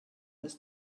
was